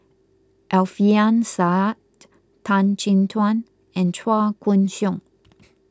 Alfian Sa'At Tan Chin Tuan and Chua Koon Siong